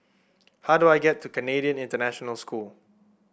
how do I get to Canadian International School